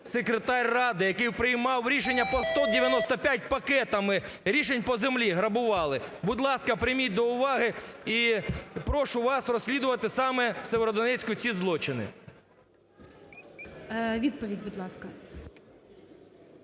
секретар ради, який приймав рішення по 195 пакетами рішень по землі – грабували. Будь ласка, прийміть до уваги і прошу вас розслідувати саме в Северодонецьку ці злочини. ГОЛОВУЮЧИЙ. Відповідь, будь ласка.